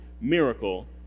miracle